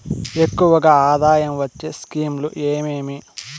ఎక్కువగా ఆదాయం వచ్చే స్కీమ్ లు ఏమేమీ?